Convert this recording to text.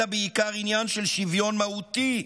אלא בעיקר עניין של שוויון מהותי,